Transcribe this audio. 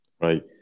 Right